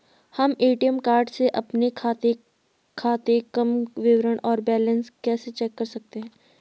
हम ATM card से अपने खाते काम विवरण और बैलेंस कैसे चेक कर सकते हैं?